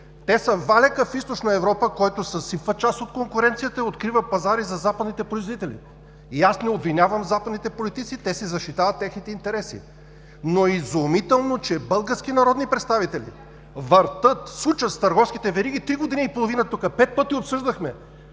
Те са валяка в Източна Европа, който съсипва част от конкуренцията и открива пазари за западните производители. Аз не обвинявам западните политици, те си защитават техните интереси, но е изумително, че български народни представители въртят, сучат с търговските вериги – три години и половина тук, пет пъти обсъждахме,